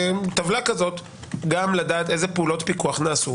טבלה כדי לדעת גם אילו פעולות פיקוח נעשו.